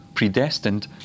Predestined